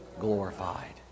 Glorified